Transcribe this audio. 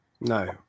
No